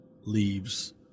leaves